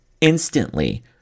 instantly